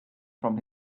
from